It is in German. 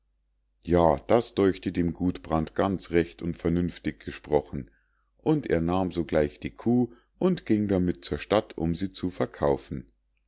ja das däuchte dem gudbrand ganz recht und vernünftig gesprochen und er nahm sogleich die kuh und ging damit zur stadt um sie zu verkaufen